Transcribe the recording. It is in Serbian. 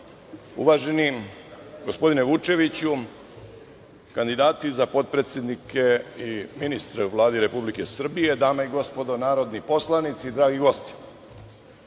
uvaženi gospodine Vučeviću, kandidati za potpredsednike i ministre u Vladi Republike Srbije, dame i gospodo narodni poslanici, dragi gosti,